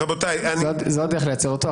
זו הדרך לייצר אותו.